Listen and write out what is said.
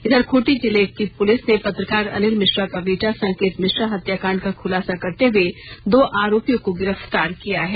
इधर खूंटी जिले की पुलिस ने पत्रकार अनिल मिश्रा का बेटा संकेत मिश्रा हत्याकांड का खुलासा करते हुए दो आरोपियों को ॅगिरफ़तार किया है